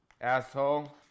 asshole